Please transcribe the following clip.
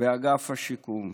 באגף השיקום.